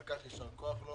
ועל כך מגיע לו ישר כוח.